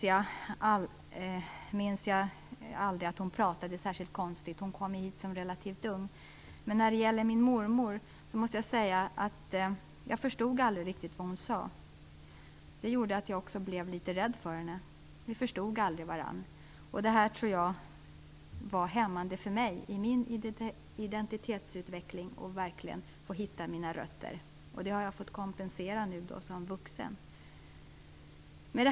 Jag minns inte att min mor talade konstigt, men jag måste säga att jag aldrig riktigt förstod vad min mormor sade. Det gjorde att jag var litet rädd för henne. Vi förstod aldrig varandra. Jag tror att detta var hämmande för min identitetsutveckling och gjorde det svårare att hitta mina rötter. Det har jag i stället fått kompensera som vuxen.